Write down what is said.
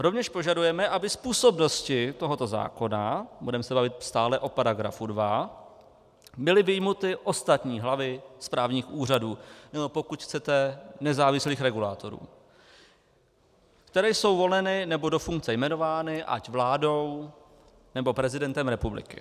Rovněž požadujeme, aby z působnosti tohoto zákona, budeme se bavit stále o § 2, byly vyjmuty ostatní hlavy správních úřadů, pokud chcete, nezávislých regulátorů, které jsou voleny, nebo do funkce jmenovány ať vládou, nebo prezidentem republiky.